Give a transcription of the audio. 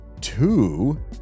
two